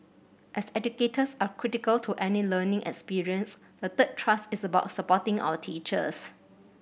as educators are critical to any learning experience the third thrust is about supporting our teachers